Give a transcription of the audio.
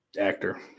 actor